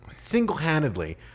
single-handedly